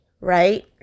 right